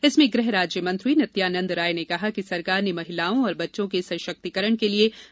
इसमें गृह राज्य मंत्री नित्यानंद राय ने कहा कि सरकार ने महिलाओं और बच्चों के सशक्तिकरण के लिए कई कदम उठाए हैं